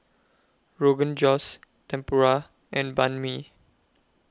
Rogan Josh Tempura and Banh MI